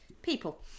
people